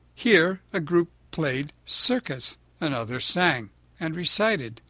here a group played circus another sang and recited.